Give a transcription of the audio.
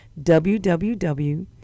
www